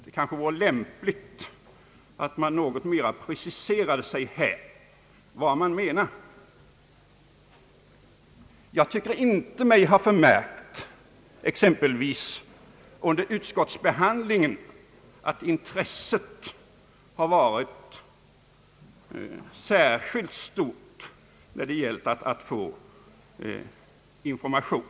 Det vore kanske lämpligt att man här något mera preciserade vad man menar. Jag tycker mig inte ha förmärkt, exempelvis under utskottsbehandlingen, att intresset har varit särskilt stort när det gällt att få information.